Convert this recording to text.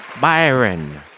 Byron